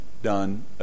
done